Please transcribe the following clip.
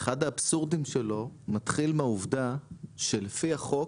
אחד האבסורדים שלו מתחיל מהעובדה שלפי החוק